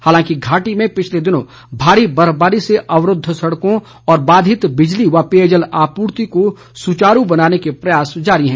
हालांकि घाटी में पिछले दिनों भारी बर्फबारी से अवरूद्व सड़कों और बाधित बिजली व पेयजल आपूर्ति को सुचारू बनाने के प्रयास जारी है